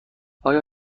آیا